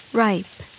ripe